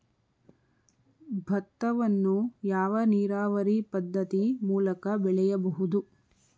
ಭತ್ತವನ್ನು ಯಾವ ನೀರಾವರಿ ಪದ್ಧತಿ ಮೂಲಕ ಬೆಳೆಯಬಹುದು?